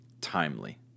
Timely